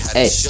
hey